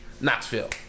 Knoxville